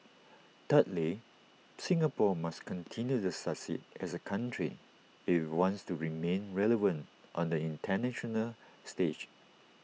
thirdly Singapore must continue to succeed as A country if IT wants to remain relevant on the International stage